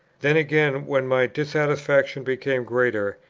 then again, when my dissatisfaction became greater,